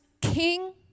king